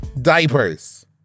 diapers